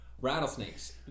rattlesnakes